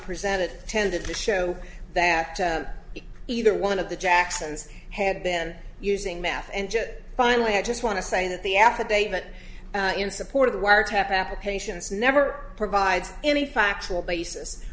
presented tended to show that either one of the jacksons had been using meth and git finally i just want to say that the affidavit in support of the wiretap applications never provide any factual basis